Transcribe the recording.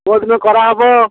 କୋଉଦିନ କରା ହେବ